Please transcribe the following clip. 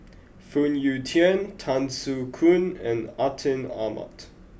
Phoon Yew Tien Tan Soo Khoon and Atin Amat